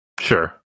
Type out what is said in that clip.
Sure